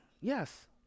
Yes